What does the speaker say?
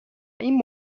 این